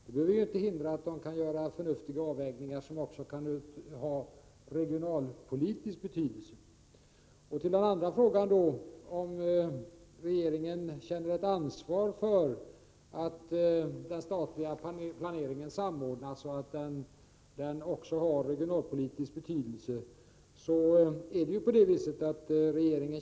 Det behöver inte hindra att de gör förnuftiga avvägningar som också kan ha regionalpolitisk betydelse. På den andra frågan, om regeringen känner ett ansvar för att den statliga planeringen samordnas så att den gagnar de regionalpolitiska målen, kan jag svara ja.